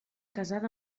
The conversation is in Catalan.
casada